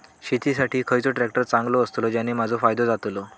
शेती साठी खयचो ट्रॅक्टर चांगलो अस्तलो ज्याने माजो फायदो जातलो?